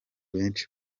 benshi